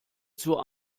zur